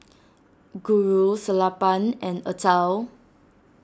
Guru Sellapan and Atal